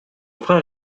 frère